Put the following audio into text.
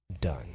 done